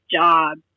job